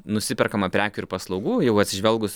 nusiperkama prekių ir paslaugų jau atsižvelgusi